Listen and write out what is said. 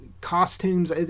costumes